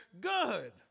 good